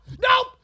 Nope